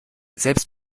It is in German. selbst